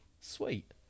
sweet